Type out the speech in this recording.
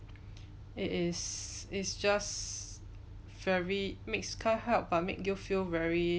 it is is just very mixed can't help but make you feel very